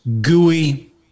gooey